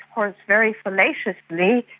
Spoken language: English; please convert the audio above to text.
course very fallaciously,